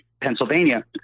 Pennsylvania